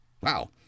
Wow